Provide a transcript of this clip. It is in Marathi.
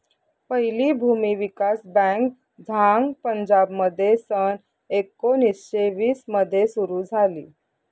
पहिली भूमी विकास बँक झांग पंजाबमध्ये सन एकोणीसशे वीस मध्ये सुरू झाली